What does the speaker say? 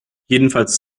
jedenfalls